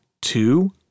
two